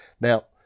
Now